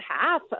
half